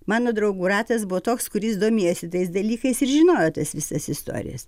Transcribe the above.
mano draugų ratas buvo toks kuris domėjosi tais dalykais ir žinojo visas istorijas